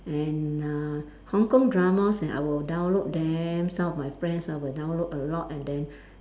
and uh Hong-Kong dramas and I will download them some of my friends ah will download a lot and then